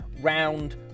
round